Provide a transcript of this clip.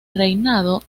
reinado